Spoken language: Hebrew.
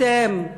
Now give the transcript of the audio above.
אתם,